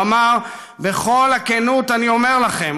הוא אמר: בכל הכנות אני אומר לכם,